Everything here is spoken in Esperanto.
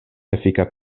efika